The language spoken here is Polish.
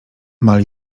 mali